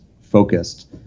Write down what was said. focused